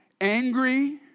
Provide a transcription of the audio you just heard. angry